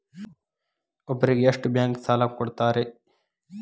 ಒಬ್ಬರಿಗೆ ಎಷ್ಟು ಬ್ಯಾಂಕ್ ಸಾಲ ಕೊಡ್ತಾರೆ?